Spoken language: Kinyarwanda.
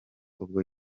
ubwo